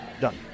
Done